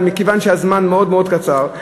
אבל מכיוון שהזמן מאוד מאוד קצר,